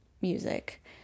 music